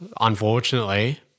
unfortunately